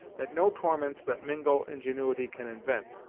that no torments that mingo ingenuity can invent,